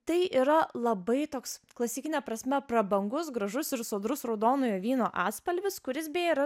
tai yra labai toks klasikine prasme prabangus gražus ir sodrus raudonojo vyno atspalvis kuris beje yra